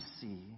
see